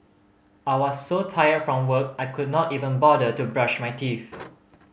I was so tired from work I could not even bother to brush my teeth